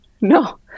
No